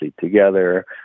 together